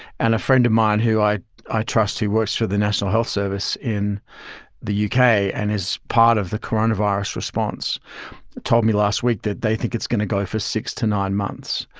and a friend of mine who i i trust, who works for the national health service in the yeah uk and is part of the coronavirus response told me last week that they think it's going to go for six to nine months.